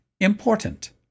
important